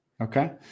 Okay